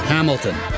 Hamilton